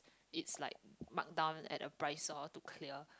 is like markdown at the price orh to clear